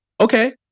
Okay